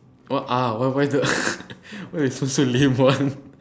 what ah why why that why you so so lame [one]